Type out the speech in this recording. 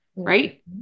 Right